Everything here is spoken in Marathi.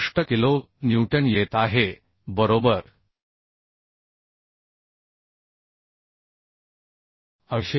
65 किलो न्यूटन येत आहे बरोबर 800